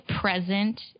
present